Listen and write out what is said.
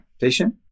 patient